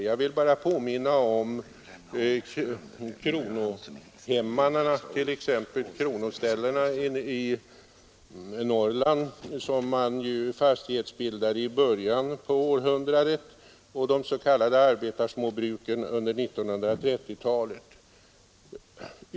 Jag vill bara påminna om de kronofastigheter i Norrland, som fastighetsbildades i början på århundradet, och de s.k. arbetarsmåbruken under 1930-talet.